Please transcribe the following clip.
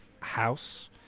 house